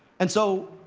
and so,